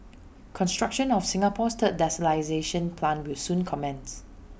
construction of Singapore's third desalination plant will soon commence